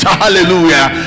hallelujah